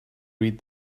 read